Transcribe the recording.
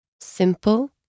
Simple